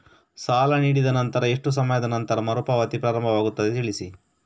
ಸಾಲ ನೀಡಿದ ನಂತರ ಎಷ್ಟು ಸಮಯದ ನಂತರ ಮರುಪಾವತಿ ಪ್ರಾರಂಭವಾಗುತ್ತದೆ ತಿಳಿಸಿ?